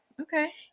Okay